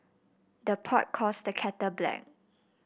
the pot calls the kettle black